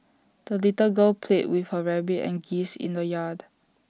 the little girl played with her rabbit and geese in the yard